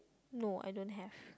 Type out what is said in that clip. no I don't have